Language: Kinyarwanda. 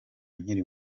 nkiri